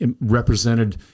represented